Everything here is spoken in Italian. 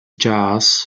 jazz